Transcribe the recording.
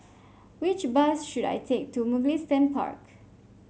which bus should I take to Mugliston Park